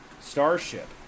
starship